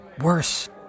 worse